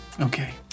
Okay